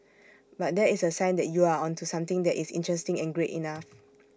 but that is A sign that you are onto something that is interesting and great enough